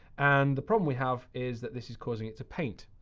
and the problem we have is that this is causing it to paint.